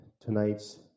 tonight's